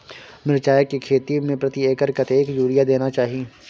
मिर्चाय के खेती में प्रति एकर कतेक यूरिया देना चाही?